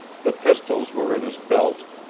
the pistols were in his belt,